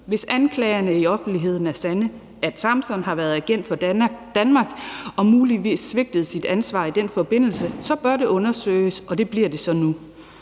Hvis anklagerne i offentligheden er sande, at Samsam har været agent for Danmark og muligvis svigtet sit ansvar i den forbindelse, så bør det undersøges, og det bliver det så nu.